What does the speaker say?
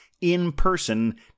in-person